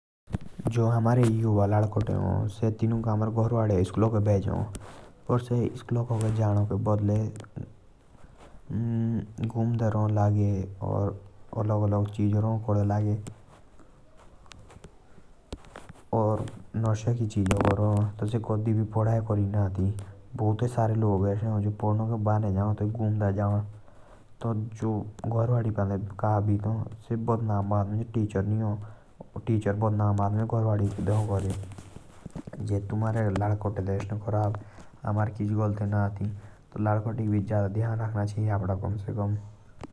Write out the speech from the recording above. जो अमारे युवा लड़कते हो से स्कूल के जाना के बदले। घुमड़े रा लाग्हे। और अलग अलग चिजा करा। और नशे की चिजा करा से। कधी भी पढ़ाई ना करे।